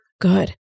good